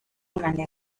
manejo